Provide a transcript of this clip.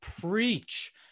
preach